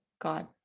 god